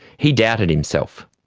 he doubted himself.